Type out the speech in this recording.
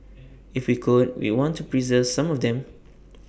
if we could we want to preserve some of them